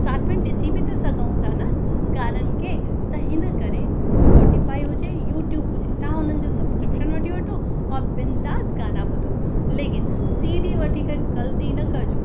साथ में ॾिसी बि त सघूं था न गाननि खे त हिन करे स्पॉटीफ़ाई हुजे यूट्यूब हुजे तव्हां उन्हनि जो सबस्क्रिपिशन वठी वठो और बिंदास गाना ॿुधो लेकिन सी डी वठी करे ग़लती न कजो